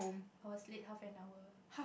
I will sleep half an hour